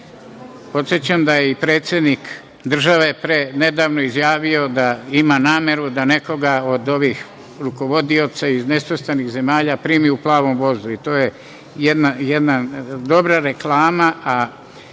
da je i predsednik države, nedavno izjavio da ima nameru da nekoga od ovih rukovodioca iz nesvrstanih zemalja primi u „plavom vozu“ i to je jedna dobra reklama,